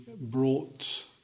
brought